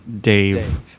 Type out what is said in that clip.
Dave